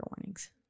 warnings